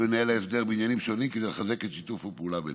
במנהל ההסדר בעניינים שונים כדי לחזק את שיתוף הפעולה ביניהם.